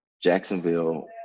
Jacksonville